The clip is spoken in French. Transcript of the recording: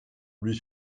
lui